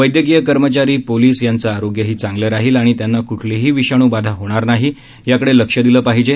वैदयकीय कर्मचारी पोलीस यांचे आरोग्यही चांगले राहील आणि त्यांना कठलीही विषाणू बाधा होणार नाही याकडे लक्ष दिले पाहिजे